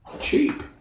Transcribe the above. cheap